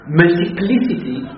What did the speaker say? multiplicity